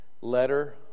letter